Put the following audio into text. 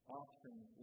options